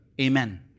Amen